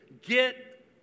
get